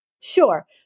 Sure